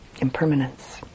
impermanence